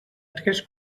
tres